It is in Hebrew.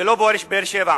ולא באר-שבע.